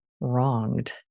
wronged